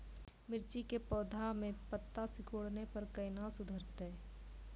मिर्ची के पौघा मे पत्ता सिकुड़ने पर कैना सुधरतै?